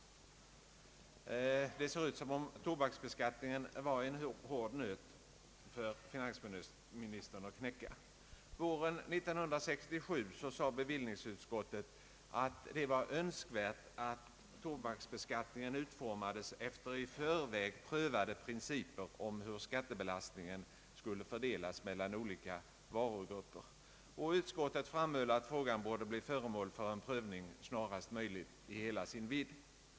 Det ser ut som om tobaksbeskattningen var en hård nöt att knäcka för finansministern. Våren 1967 anförde bevililningsutskottet att det var önskvärt att tobaksbeskattningen utformades efter i förväg prövade principer om hur skattebelastningen borde fördelas mellan olika varugrupper. Utskottet framhöll att frågan borde bli föremål för prövning snarast möjligt i hela sin vidd.